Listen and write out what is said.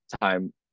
time